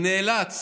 שנאלץ